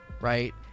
right